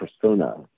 persona